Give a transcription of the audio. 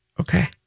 Okay